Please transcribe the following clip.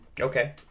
okay